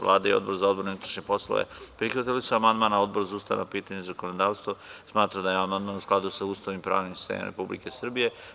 Vlada i Odbor za odbranu i unutrašnje poslove prihvatili su amandman, a Odbor za ustavna pitanja i zakonodavstvo smatra da je amandmanu skladu sa Ustavom i pravnim sistemom Republike Srbije.